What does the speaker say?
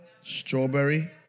strawberry